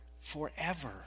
forever